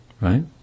Right